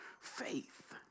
faith